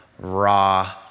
raw